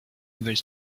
nouvelle